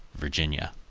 virginia.